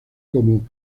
como